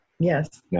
Yes